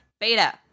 beta